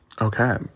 Okay